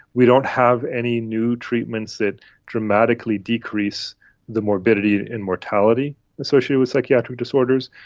we don't have any new treatments that dramatically decrease the morbidity and mortality associated with psychiatric disorders.